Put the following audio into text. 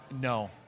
no